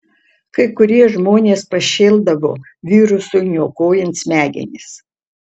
kai kurie žmonės pašėldavo virusui niokojant smegenis